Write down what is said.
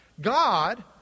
God